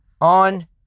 on